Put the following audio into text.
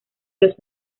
los